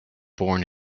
born